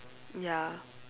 ya